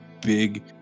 big